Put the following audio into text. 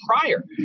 prior